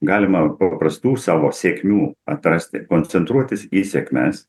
galima paprastų savo sėkmių atrasti koncentruotis į sėkmes